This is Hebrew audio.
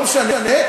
לא משנה,